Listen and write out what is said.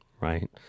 right